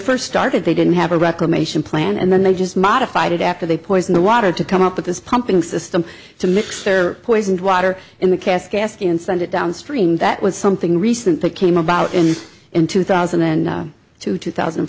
first started they didn't have a reclamation plan and then they just modified it after they poison the water to come up with this pumping system to mix their poisoned water in the cast cast and send it downstream that was something recent that came about in in two thousand and two two thousand and